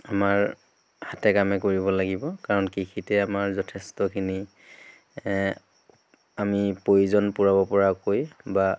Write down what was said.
আমাৰ হাতে কামে কৰিব লাগিব কাৰণ কৃষিতে আমাৰ যথেষ্ঠখিনি আমি প্ৰয়োজন পূৰাব পৰাকৈ বা